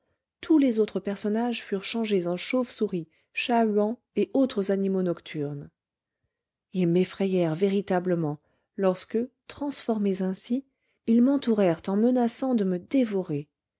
tous les autres personnages furent changés en chauve-souris chat-huant et autres animaux nocturnes ils m'effrayèrent véritablement lorsque transformés ainsi ils m'entourèrent en menaçant de me dévorer